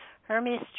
Hermes